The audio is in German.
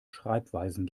schreibweisen